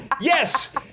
Yes